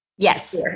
Yes